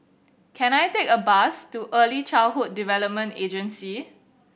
can I take a bus to Early Childhood Development Agency